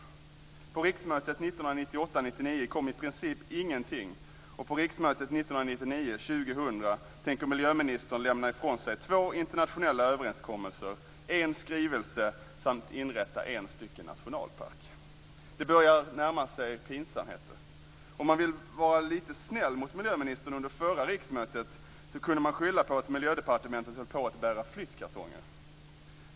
Under riksmötet 1998 2000 tänker miljöministern lämna ifrån sig två internationella överenskommelser, en skrivelse samt inrätta en nationalpark. Det börjar bli pinsamt. Om man ville vara lite snäll mot miljöministern under förra riksmötet kunde man skylla på att Miljödepartementet höll på att bära flyttkartonger.